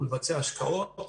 הוא לבצע השקעות,